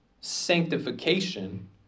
sanctification